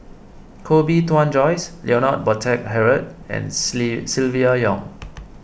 Koh Bee Tuan Joyce Leonard Montague Harrod and Silvia Yong